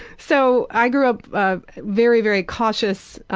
so i grew up ah very, very cautious